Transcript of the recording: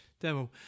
demo